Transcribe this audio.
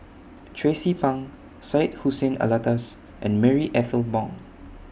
Tracie Pang Syed Hussein Alatas and Marie Ethel Bong